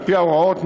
על-פי ההוראות,